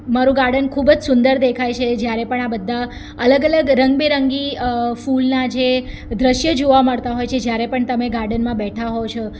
મારું ગાર્ડન ખૂબ જ સુંદર દેખાય છે જ્યારે પણ આ બધા અલગ અલગ રંગબેરંગી ફૂલના જે દૃશ્યો જોવા મળતા હોય છે જ્યારે પણ તમે ગાર્ડનમાં બેઠા હોવ છો